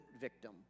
victim